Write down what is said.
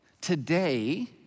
Today